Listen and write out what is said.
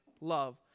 love